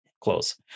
close